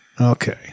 okay